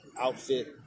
outfit